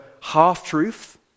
half-truth